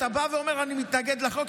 אתה בא ואומר: אני מתנגד לחוק.